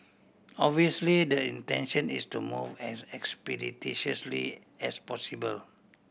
obviously the intention is to move as expeditiously as possible